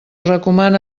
recomana